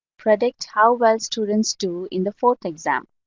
predict how well students do in the fourth exam.